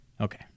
okay